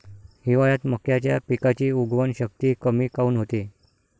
हिवाळ्यात मक्याच्या पिकाची उगवन शक्ती कमी काऊन होते?